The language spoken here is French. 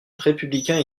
républicain